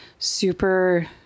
super